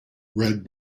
read